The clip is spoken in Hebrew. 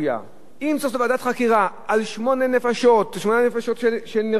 אם צריך לעשות ועדת חקירה על שמונה נפשות שנרצחו ככה,